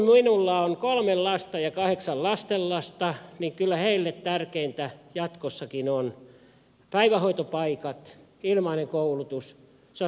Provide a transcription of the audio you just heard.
minulla on kolme lasta ja kahdeksan lastenlasta ja kyllä heille tärkeintä jatkossakin on päivähoitopaikat ilmainen koulutus sosiaali ja terveydenhuolto